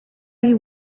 you